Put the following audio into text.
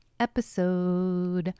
episode